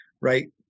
right